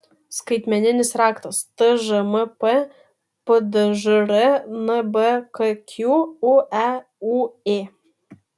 skaitmeninis raktas tžmp pdžr nbkq ueūė